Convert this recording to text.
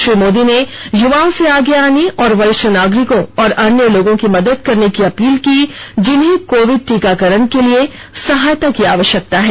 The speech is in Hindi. श्री मोदी ने य्वाओं से आगे आने और वरिष्ठ नागरिकों और अन्य लोगों की मदद करने की अपील की जिन्हें कोविड टीकाकरण के लिए सहायता की आवश्यकता है